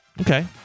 okay